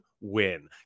win